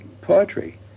poetry